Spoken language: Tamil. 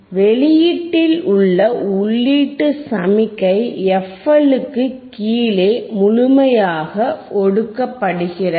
வெளியீட்டில் உள்ள உள்ளீட்டு சமிக்ஞை fL க்கு கீழே முழுமையாக ஒடுக்கப்படுகிறது